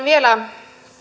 vielä